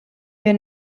wir